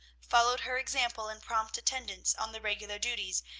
followed her example in prompt attendance on the regular duties,